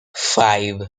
five